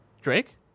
Drake